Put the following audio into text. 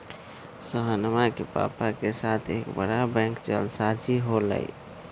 सोहनवा के पापा के साथ एक बड़ा बैंक जालसाजी हो लय